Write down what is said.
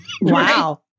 Wow